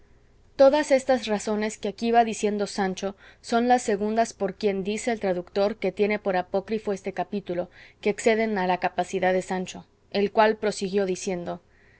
todas estas razones que aquí va diciendo sancho son las segundas por quien dice el tradutor que tiene por apócrifo este capítulo que exceden a la capacidad de sancho el cual prosiguió diciendo